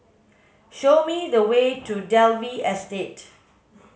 show me the way to Dalvey Estate